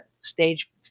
stage